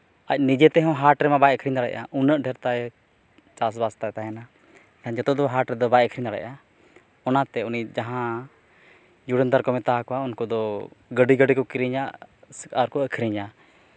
ᱟᱡᱽ ᱱᱤᱡᱮ ᱛᱮᱢᱟ ᱦᱟᱴ ᱨᱮᱢᱟ ᱵᱟᱭ ᱟᱹᱠᱷᱨᱤᱧ ᱫᱟᱲᱭᱟᱜᱼᱟ ᱩᱱᱟᱹᱜ ᱰᱷᱮᱨ ᱛᱟᱭ ᱪᱟᱥᱵᱟᱥ ᱛᱟᱭ ᱛᱟᱦᱮᱱᱟ ᱦᱮᱸ ᱡᱚᱛᱚ ᱫᱚ ᱦᱟᱴ ᱨᱮᱫᱚ ᱵᱟᱭ ᱟᱹᱠᱷᱨᱤᱧ ᱫᱟᱲᱭᱟᱜᱼᱟ ᱚᱱᱟᱛᱮ ᱩᱱᱤ ᱡᱟᱦᱟᱸ ᱡᱩᱲᱟᱹᱱᱫᱟᱨ ᱠᱚ ᱢᱮᱛᱟᱠᱚᱣᱟ ᱩᱱᱠᱩ ᱫᱚ ᱜᱟᱹᱰᱤ ᱜᱟᱹᱰᱤ ᱠᱚ ᱠᱤᱨᱤᱧᱟ ᱟᱨᱠᱚ ᱟᱹᱠᱷᱨᱤᱧᱟ